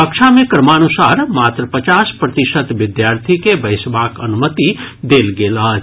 कक्षा मे क्रमानुसार मात्र पचास प्रतिशत विद्यार्थी के बैसबाक अनुमति देल गेल अछि